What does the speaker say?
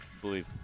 believe